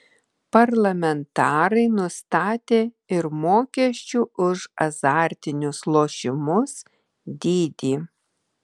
parlamentarai nustatė ir mokesčių už azartinius lošimus dydį